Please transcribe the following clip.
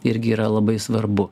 irgi yra labai svarbu